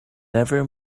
never